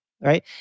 right